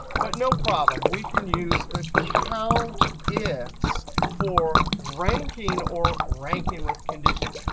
but no problem. we can use the count ifs for ranking or ranking with conditions.